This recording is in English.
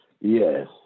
Yes